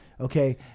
Okay